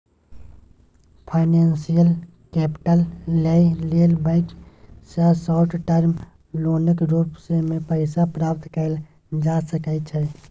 financial capital लइ लेल bank सँ शार्ट टर्म लोनक रूप मे पैसा प्राप्त कएल जा सकइ छै